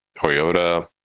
toyota